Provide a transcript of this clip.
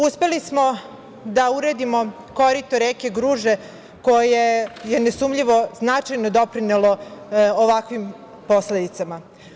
Uspeli smo da uredimo korito reke Gruže, koje je nesumnjivo značajno doprinelo ovakvim posledicama.